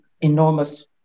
enormous